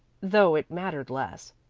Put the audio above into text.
though it mattered less.